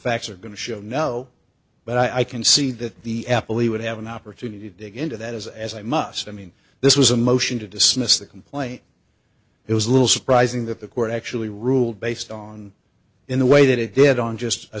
facts are going to show no but i can see that the apple he would have an opportunity to dig into that as as i must i mean this was a motion to dismiss the complaint it was a little surprising that the court actually ruled based on in the way that it did on just a